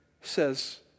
says